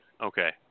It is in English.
Okay